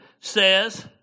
says